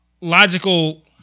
logical